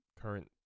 Current